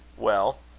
well,